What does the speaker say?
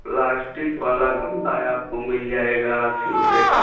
plastic वाला गमला है आपको मिल जाएगा अस्सी रूपए का